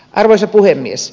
arvoisa puhemies